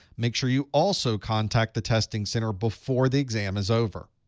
make sure you also contact the testing center before the exam is over.